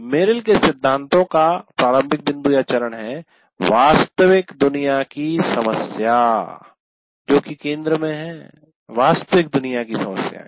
Merrill के सिद्धांतों का प्रारंभिक बिंदुचरण है वास्तविक दुनिया की समस्या जो कि केंद्र में है वास्तविक दुनिया की समस्याएं